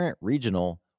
Regional